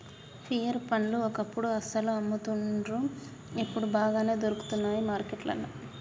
pear పండ్లు ఒకప్పుడు అస్సలు అమ్మపోతుండ్రి ఇప్పుడు బాగానే దొరుకుతానయ్ మార్కెట్లల్లా